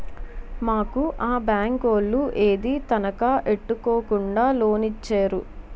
మాకు ఆ బేంకోలు ఏదీ తనఖా ఎట్టుకోకుండా లోనిచ్చేరు